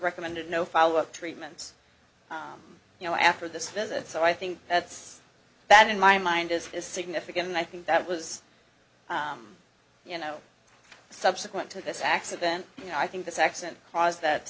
recommended no follow up treatments you know after this visit so i think that's that in my mind this is significant and i think that was you know subsequent to this accident you know i think this accident because that